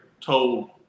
told